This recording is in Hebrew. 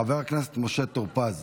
חבר הכנסת משה טור פז,